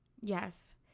yes